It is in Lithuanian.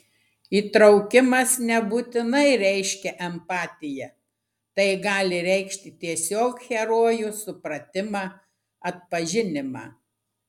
įtraukimas nebūtinai reiškia empatiją tai gali reikšti tiesiog herojų supratimą atpažinimą